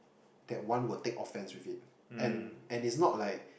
that one will take offense with it and and it's not like